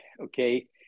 okay